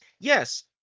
Yes